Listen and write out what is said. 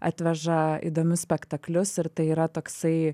atveža įdomius spektaklius ir tai yra toksai